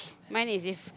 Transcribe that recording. mine is if